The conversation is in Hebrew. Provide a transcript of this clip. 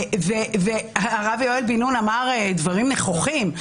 הרב יואל בן-נון אמר דברים נכוחים,